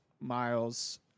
Miles